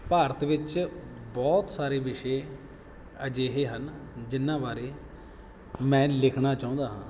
ਭਾਰਤ ਵਿੱਚ ਬਹੁਤ ਸਾਰੇ ਵਿਸ਼ੇ ਅਜਿਹੇ ਹਨ ਜਿਨ੍ਹਾਂ ਬਾਰੇ ਮੈਂ ਲਿਖਣਾ ਚਾਹੁੰਦਾ ਹਾਂ